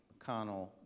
McConnell